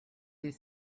their